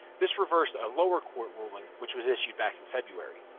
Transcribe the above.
this reversed a lower-court ruling which was issued back in february.